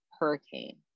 hurricane